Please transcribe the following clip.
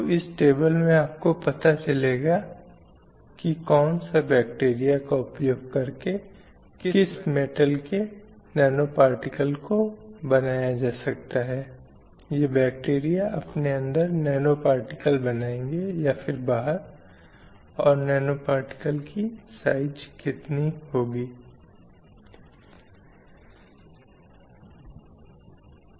यदि हम पीछे मुड़कर देखते हैं और यह समझने की कोशिश करते हैं कि मैं ऐसा क्यों हूं जैसा कि मैं हूं मैं उस तरीके से व्यवहार क्यों करता हूं जैसा कि मैं करता हूं या मुझे कुछ चीजें क्यों पसंद हैं और मैं कुछ चीजों को पसंद क्यों नहीं करता